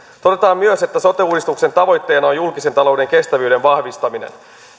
todetaan myös että sote uudistuksen tavoitteena on julkisen talouden kestävyyden vahvistaminen